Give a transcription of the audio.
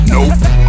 Nope